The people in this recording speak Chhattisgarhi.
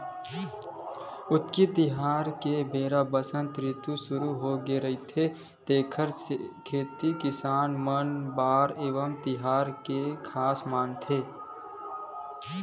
उक्ती तिहार के बेरा म बसंत रितु सुरू होगे रहिथे तेखर सेती किसान मन बर ए तिहार के खास महत्ता हे